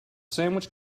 sandwich